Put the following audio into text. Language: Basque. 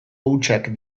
hutsak